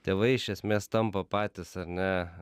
tėvai iš esmės tampa patys ar ne